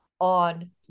on